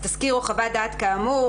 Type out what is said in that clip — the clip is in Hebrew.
"תסקיר או חוות דעת כאמור,